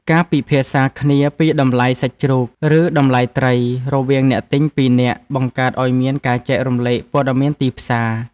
ការពិភាក្សាគ្នាពីតម្លៃសាច់ជ្រូក ឬតម្លៃត្រីរវាងអ្នកទិញពីរនាក់បង្កើតឱ្យមានការចែករំលែកព័ត៌មានទីផ្សារ។